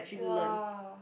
!wah!